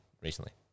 recently